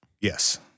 Yes